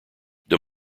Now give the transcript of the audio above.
des